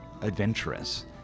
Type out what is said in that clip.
adventurous